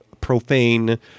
profane